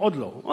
עוד לא הייתי.